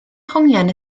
hongian